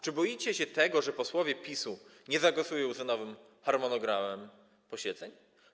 Czy boicie się tego, że posłowie PiS nie zagłosują za nowym harmonogramem posiedzeń?